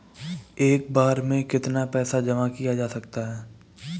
एक बार में कितना पैसा जमा किया जा सकता है?